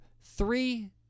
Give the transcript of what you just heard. three